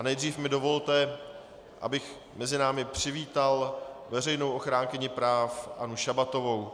Nejdřív mi dovolte, abych mezi námi přivítal veřejnou ochránkyni práv Annu Šabatovou.